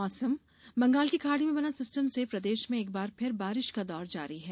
मौसम बंगाल की खाड़ी में बना सिस्टम से प्रदेश में एक बार फिर बारिश का दौर जारी है